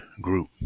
group